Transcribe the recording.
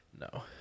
No